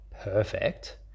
perfect